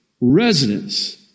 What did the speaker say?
residents